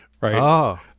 Right